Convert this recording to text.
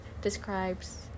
describes